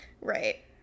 Right